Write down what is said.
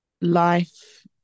life